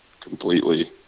completely